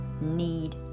need